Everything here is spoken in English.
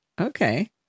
Okay